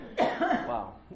Wow